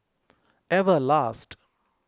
Everlast